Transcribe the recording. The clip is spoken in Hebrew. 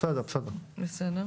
בסדר.